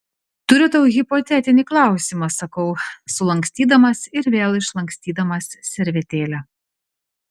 turiu tau hipotetinį klausimą sakau sulankstydamas ir vėl išlankstydamas servetėlę